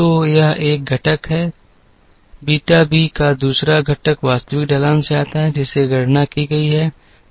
तो यह 1 घटक है बीटा b का दूसरा घटक वास्तविक ढलान से आता है जिसे गणना की गई थी